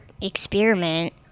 experiment